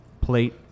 plate